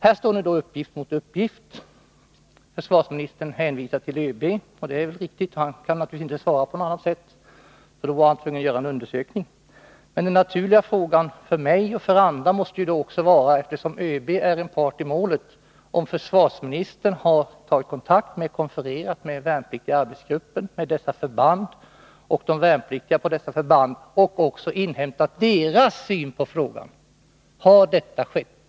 Härstår nu uppgift mot uppgift. Försvarsministern hänvisar till ÖB. Det är riktigt. Han kan naturligtvis inte svara på något annat sätt, eftersom han då vore tvungen att göra en undersökning. Men eftersom ÖB är part i målet måste den naturliga frågan för mig och för andra vara om försvarsministern har tagit kontakt med den värnpliktiga arbetsgruppen, med de aktuella förbanden och de värnpliktiga på dessa förband och också inhämtat deras syn på frågan. Har detta skett?